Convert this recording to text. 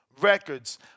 records